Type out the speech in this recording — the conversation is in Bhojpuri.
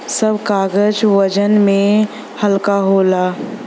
सब कागज वजन में हल्का होला